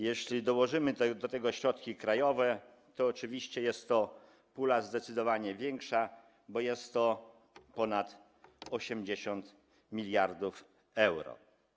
Jeśli dołożymy do tego środki krajowe, to oczywiście jest to pula zdecydowanie większa, bo to jest ponad 80 mld euro.